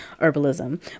herbalism